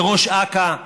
לראש אכ"א,